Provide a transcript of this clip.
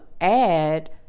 add